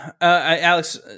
alex